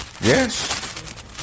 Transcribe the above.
Yes